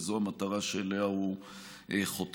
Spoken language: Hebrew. וזו המטרה שאליה הוא חותר.